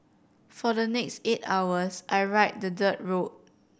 for the next eight hours I ride the dirt road